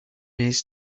his